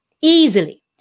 easily